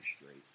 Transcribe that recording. straight